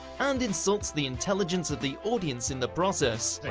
and insults the intelligence of the audience in the process.